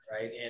right